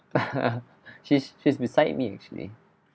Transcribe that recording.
she's she's beside me actually